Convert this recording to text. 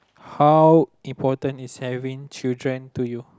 how important is having children to you